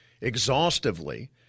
Exhaustively